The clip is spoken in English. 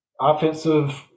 Offensive